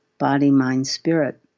body-mind-spirit